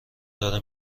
داره